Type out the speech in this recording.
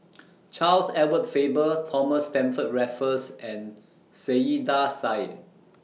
Charles Edward Faber Thomas Stamford Raffles and Saiedah Said